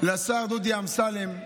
לשר דודי אמסלם,